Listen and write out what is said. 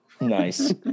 Nice